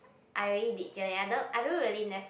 I already did I don't really nes~